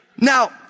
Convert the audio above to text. Now